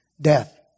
death